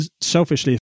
selfishly